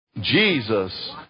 Jesus